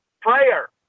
prayer